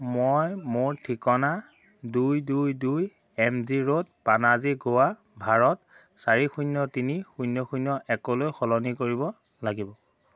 মই মোৰ ঠিকনা দুই দুই দুই M G road Panaji Goa Bharat চাৰি শূন্য তিনি শূন্য শূন্য একলৈ সলনি কৰিব লাগিব